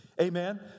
Amen